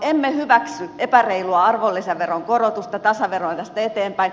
emme hyväksy epäreilua arvonlisäveron korotusta tasaverona tästä eteenpäin